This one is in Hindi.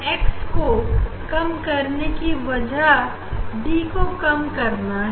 एक्स को कम करने की वजह डी को कम करना है